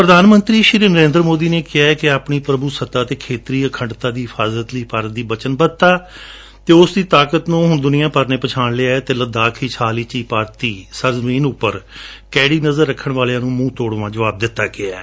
ਪ੍ਰਧਾਨਮੰਤਰੀ ਸ਼ੀ ਨਰੇਂਦਰ ਮੋਦੀ ਨੇ ਕਿਹੈ ਕਿ ਆਪਣੀ ਪ੍ਰਭੂਸੱਤਾ ਅਤੇ ਖੇਤਰੀ ਅਖੰਡਤਾ ਦੀ ਹਿਫਾਜਤ ਲਈ ਭਾਰਤ ਦੀ ਵਚਨਬੱਧਤਾ ਅਤੇ ਉਸ ਦੀ ਤਾਕਤ ਨੂੰ ਹੁਣ ਦੁਨੀਆ ਭਰ ਨੇ ਪਛਾਣ ਲਿਐ ਅਤੇ ਲਦਾਖ ਵਿਚ ਹਾਲ ਵਿਚ ਹੀ ਭਾਰਤੀ ਸਰਜਮੀਨ ਉਂਪਰ ਕੌੜੀ ਨਜਰ ਨਾਲ ਵੇਖਣ ਵਾਲਿਆਂ ਨੂੰ ਮੂੰਹ ਤੋੜ ਜਵਾਬ ਦਿੱਤਾ ਗਿਐ